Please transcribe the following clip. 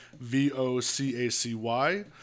V-O-C-A-C-Y